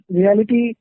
reality